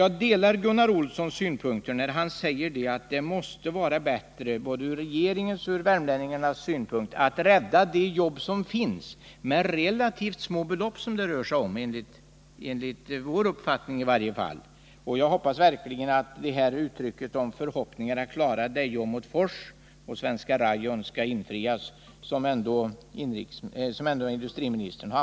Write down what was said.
Jag delar emellertid Gunnar Olssons synpunkt att det både från regeringens och från värmlänningarnas synpunkt måste vara bättre att rädda de jobb som finns. Enligt vår mening är det i alla fall fråga om relativt små belopp. Det är verkligen min önskan att den uttalade förhoppningen att klara Deje, Åmotfors och Svenska Rayon kommer att infrias, vilket ju antyddes av industriministern.